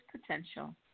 potential